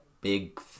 big